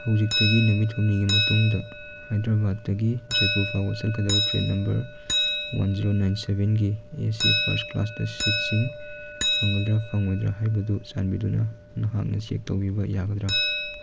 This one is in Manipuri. ꯍꯧꯖꯤꯛꯇꯒꯤ ꯅꯨꯃꯤꯠ ꯍꯨꯝꯅꯤꯒꯤ ꯃꯇꯨꯡꯗ ꯍꯥꯏꯗ꯭ꯔꯕꯥꯠꯇꯒꯤ ꯖꯣꯏꯄꯨꯔ ꯐꯥꯎꯕ ꯆꯠꯀꯗꯕ train number one zero nine ꯁꯕꯦꯟꯒꯤ ꯑꯦ ꯁꯤ ꯐꯥꯔꯁ ꯀ꯭ꯂꯥꯁꯇ ꯁꯤꯠꯁꯤꯡ ꯐꯪꯒꯗ꯭ꯔꯥ ꯐꯪꯉꯣꯏꯗ꯭ꯔꯥ ꯍꯥꯏꯕꯗꯨ ꯆꯥꯟꯕꯤꯗꯨꯅ ꯅꯍꯥꯛꯅ ꯆꯦꯛ ꯇꯧꯕꯤꯕ ꯌꯥꯒꯗ꯭ꯔꯥ